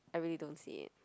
I really don't see it